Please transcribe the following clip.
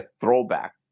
throwback